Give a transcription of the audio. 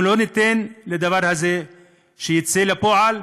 אנחנו לא ניתן לדבר הזה לצאת לפועל,